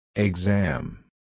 Exam